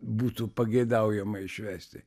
būtų pageidaujama išvesti